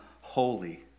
holy